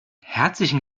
herzlichen